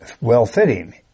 well-fitting